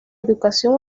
educación